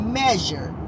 measure